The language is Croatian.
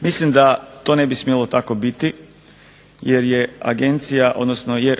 Mislim da to ne bi smjelo tako biti jer